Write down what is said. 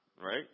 Right